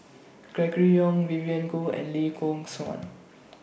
Gregory Yong Vivien Goh and Lee Yock Suan